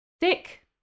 dick